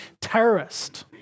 terrorist